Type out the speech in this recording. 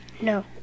No